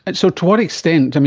and so to what extent,